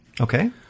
Okay